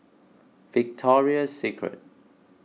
Victoria Secret